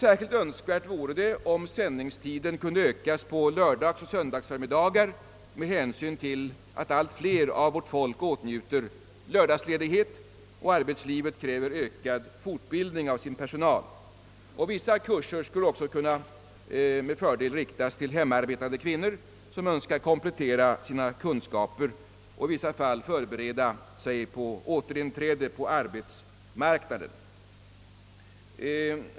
Särskilt önskvärt vore att sändningstiden på lördagsoch söndagseftermiddagar kunde ökas med hänsyn till att allt fler människor åtnjuter lördagsledighet och med hänsyn till att näringslivet kräver ökad fortbildning av sin personal. Vissa kurser skulle också med fördel kunna vända sig till hemmaarbetande kvinnor som önskar komplettera sina kunskaper och i vissa fall förbereda sig för återinträde på arbetsmarknaden.